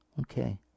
Okay